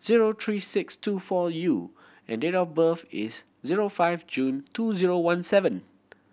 zero three six two four U and date of birth is zero five June two zero one seven